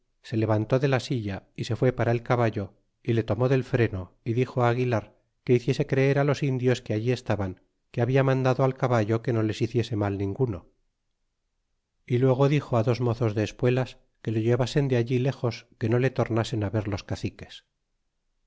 se levantó de la silla y se fué para el caballo y le tomó del freno y dixo aguilar que hiciese creer á los indios que allí estaban que habla mandado al caballo que no les hiciese mal ninguno y luego dixo ti dos mozos de espuelas que lo llevasen de all léjos que no le tornasen ver los caciques y